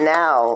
now